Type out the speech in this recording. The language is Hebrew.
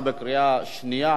בקריאה שנייה.